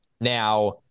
Now